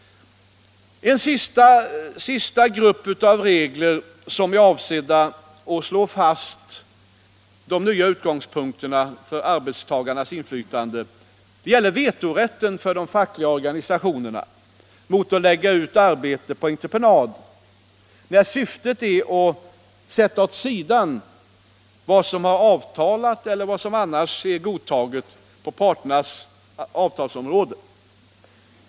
En sista grupp av regler som är avsedda att slå fast de nya utgångspunkterna för arbetstagarnas inflytande gäller de fackliga organisationernas vetorätt mot att lägga ut arbete på entreprenad, när syftet är att sätta åt sidan vad som har avtalats eller annars är godtaget på parternas avtalsområde.